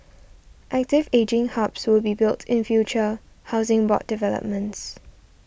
active ageing hubs will be built in future Housing Board developments